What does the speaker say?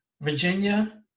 virginia